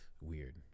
weird